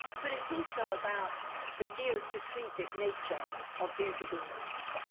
but, it's also about the geo strategic nature of these agreements.